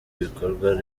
ibikorerwa